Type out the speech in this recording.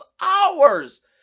hours